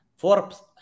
Forbes